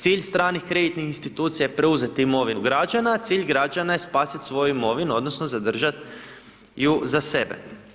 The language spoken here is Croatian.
Cilj stranih kreditnih institucija je preuzeti imovinu građana, a cilj građana je spasit svoju imovinu odnosno zadržat ju za sebe.